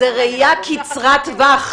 זאת ראייה קצרת טווח.